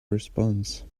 response